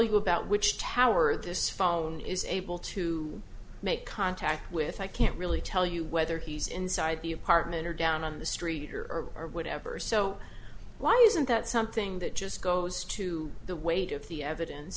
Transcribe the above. you about which tower this phone is able to make contact with i can't really tell you whether he's inside the apartment or down on the street or or whatever so why isn't that something that just goes to the weight of the evidence